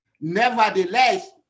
nevertheless